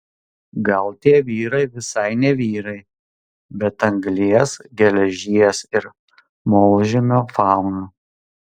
gal tie vyrai visai ne vyrai bet anglies geležies ir molžemio fauna